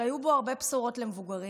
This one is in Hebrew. והיו בו הרבה בשורות למבוגרים,